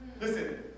Listen